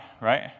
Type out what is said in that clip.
right